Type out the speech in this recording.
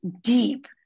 deep